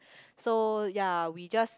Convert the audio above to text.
so ya we just